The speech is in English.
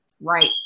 Right